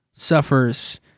suffers